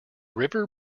river